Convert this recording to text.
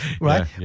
right